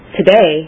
today